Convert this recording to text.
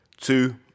Two